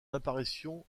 apparition